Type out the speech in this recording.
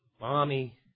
Mommy